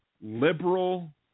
liberal